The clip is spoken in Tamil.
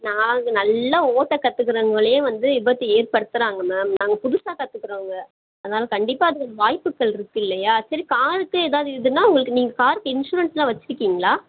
நாங்கள் நல்லா ஓட்ட கத்துக்கிறவுங்களே வந்து விபத்து ஏற்படுத்துறாங்க மேம் நாங்கள் புதுசாக கத்துக்கிறவுங்க அதனால் கண்டிப்பாக அதுக்கு வாய்ப்புகளிருக்கு இல்லையா சரி காருக்கே எதாவது இதுன்னால் உங்களுக்கு நீங்கள் காருக்கு இன்சூரன்ஸெலாம் வச்சிருக்கீங்களா